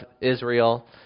Israel